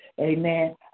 Amen